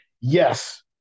yes